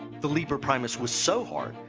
the liber primus was so hard,